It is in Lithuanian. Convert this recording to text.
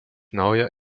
naujo